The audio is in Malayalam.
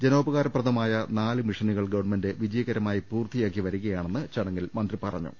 ജനോപകാര പ്രദമായ നാല് മിഷനുകൾ ഗവൺമെന്റ് വിജയകര മായി പൂർത്തിയാക്കി വരികയാണെന്ന് ചടങ്ങിൽ മന്ത്രി പറഞ്ഞു